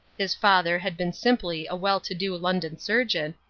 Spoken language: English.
his father had been simply a well-to-do london surgeon,